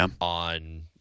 on